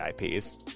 IPs